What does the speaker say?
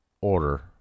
order